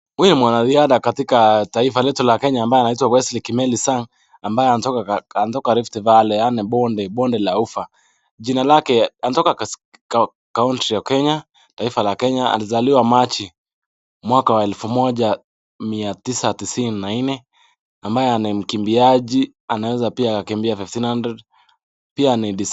Huyu mwanariadha katika taifa letu la Kenya ambaye anaitwa Wesley Kimeli sang ambaye anatoka Rift Valley yaani bonde la ufa, jina lake, anatoka country la kenya, taifa la kenya. Alizaliwa machi mwaka wa elfu moja mia tisa tisini na nne ambaye ni mkimbiaji anaweza pia akakimbia 1500.Pia ni...